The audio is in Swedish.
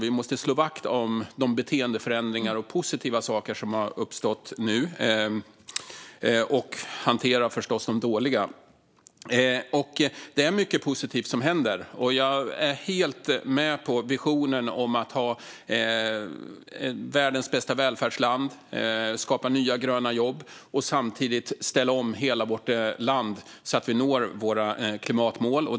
Vi måste slå vakt om de beteendeförändringar och positiva saker som nu har uppstått, samt naturligtvis hantera de dåliga. Det är mycket positivt som händer. Jag är helt med på visionen om att ha världens bästa välfärdsland, skapa nya gröna jobb och samtidigt ställa om hela vårt land så att vi når våra klimatmål.